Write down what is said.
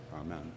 Amen